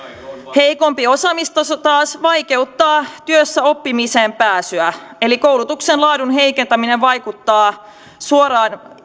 heikompi osaamistaso taas vaikeuttaa työssäoppimiseen pääsyä eli koulutuksen laadun heikentäminen vaikeuttaa suoraan